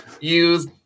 use